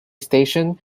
station